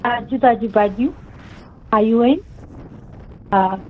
ताज़ियूं ताज़ियूं भाॼियूं आयूं आहिनि हा